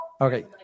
Okay